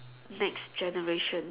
next generation